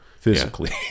Physically